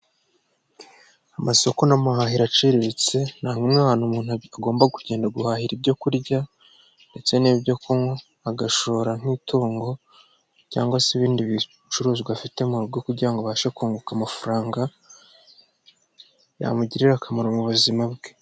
Amasoko n'amahahiro aciriritse ni hamwe muhantu umuntu agomba kugenda guhahira ibyo kurya ndetse n'ibyo kunywa, agashora nk'itungo cyangwa se ibindi bicuruzwa afite mu rugo kugira ngo abashe kunguka amafaranga yamugirira akamaro mu buzima bwe.